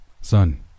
Son